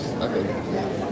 Okay